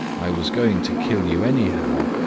i was going to kill you anyhow,